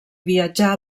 viatjà